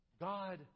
God